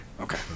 Okay